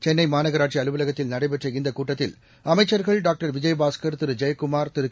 சென்னை மாநகராட்சி அலுவலகத்தில் நடைபெற்ற இந்த கூட்டத்தில் அமைச்சர்கள் டான்டர் விஜயபாஸ்கள் ஜெயக்குமாா் திரு திரு